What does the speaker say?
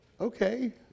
Okay